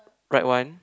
right one